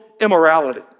immorality